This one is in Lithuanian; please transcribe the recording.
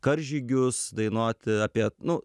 karžygius dainuoti apie nu